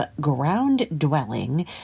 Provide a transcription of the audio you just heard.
ground-dwelling